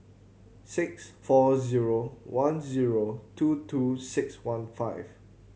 six four zero one zero two two six one five